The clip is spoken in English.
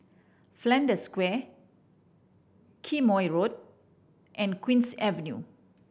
Flanders Square Quemoy Road and Queen's Avenue